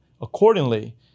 Accordingly